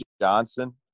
Johnson